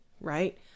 right